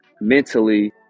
mentally